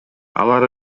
алар